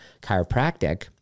chiropractic